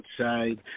outside